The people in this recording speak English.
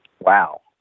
Wow